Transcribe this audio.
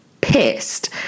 pissed